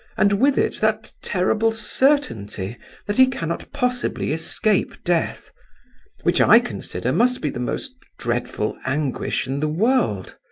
and with it that terrible certainty that he cannot possibly escape death which, i consider, must be the most dreadful anguish in the world.